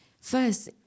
First